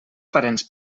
parents